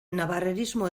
navarrerismo